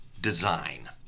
design